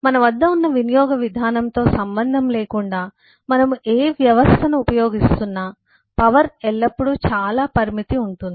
మన వద్ద ఉన్న వినియోగ విధానంతో సంబంధం లేకుండా మనము ఏ వ్యవస్థను ఉపయోగిస్తున్నా పవర్ ఎల్లప్పుడూ చాలా పరిమితంగా ఉంటుంది